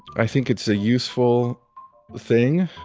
i think it's a useful thing.